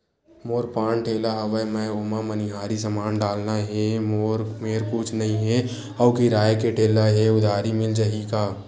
मोर पान ठेला हवय मैं ओमा मनिहारी समान डालना हे मोर मेर कुछ नई हे आऊ किराए के ठेला हे उधारी मिल जहीं का?